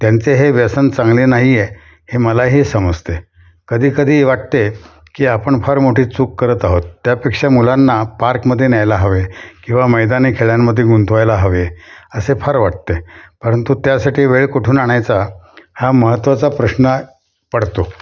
त्यांचे हे व्यसन चांगले नाही आहे हे मलाही समजते कधीकधी वाटते की आपण फार मोठी चूक करत आहोत त्यापेक्षा मुलांना पार्कमध्ये न्यायला हवे किंवा मैदानी खेळ्यांमध्ये गुंतवायला हवे असे फार वाटते परंतु त्यासाठी वेळ कुठून आणायचा हा महत्त्वाचा प्रश्न पडतो